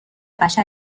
بشر